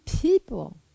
people